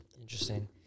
interesting